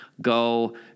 go